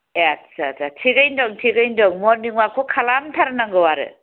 आस्सा आस्सा थिगैनो दं थिगैनो दं मर्निं अवाक खालामथारनांगौ आरो